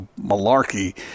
malarkey